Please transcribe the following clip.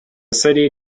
city